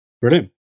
Brilliant